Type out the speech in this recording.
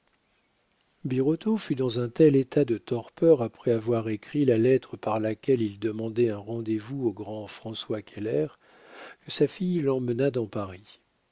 birotteau fut dans un tel état de torpeur après avoir écrit la lettre par laquelle il demandait un rendez-vous au grand françois keller que sa fille l'emmena dans paris